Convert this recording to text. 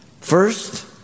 First